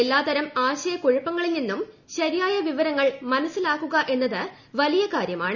എല്ലാതരം ആശയകുഴപ്പങ്ങളിൽ നിന്നും ശരിയായ വിവരങ്ങൾ മനസ്സിലാക്കുക എന്നത് വലിയ കാര്യമാണ്